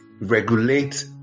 regulate